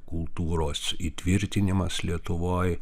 kultūros įtvirtinimas lietuvoj